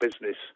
business